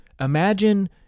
Imagine